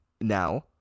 Now